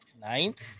ninth